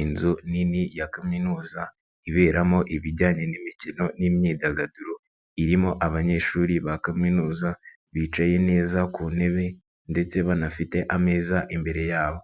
Inzu nini ya kaminuza iberamo ibijyanye n'imikino n'imyidagaduro irimo abanyeshuri ba kaminuza bicaye neza ku ntebe ndetse banafite ameza imbere yabo,